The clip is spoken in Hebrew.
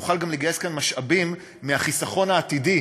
נוכל גם לגייס כאן משאבים מהחיסכון העתידי,